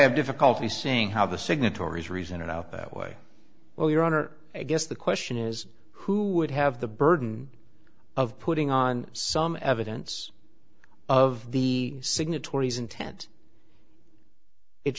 have difficulty seeing how the signatories reasoned it out that way well your honor i guess the question is who would have the burden of putting on some evidence of the signatories intent it